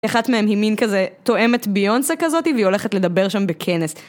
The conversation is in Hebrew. אחת מהן היא מין כזה, תואמת ביונסה כזאת, והיא הולכת לדבר שם בכנס.